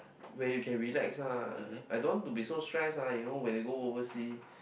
where you can relax ah I don't want to be so stressed ah you know when you go oversea